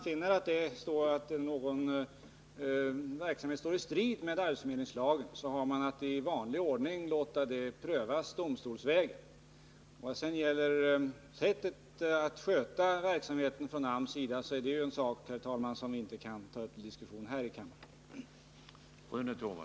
Finner man att någon verksamhet står i strid med arbetsförmedlingslagen har man att i vanlig ordning låta pröva det domstolsvägen. AMS sätt att sköta verksamheten är något som vi inte kan diskutera här i Nr 111